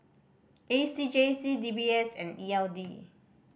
A C J C D B S and E L D